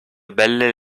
belle